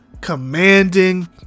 commanding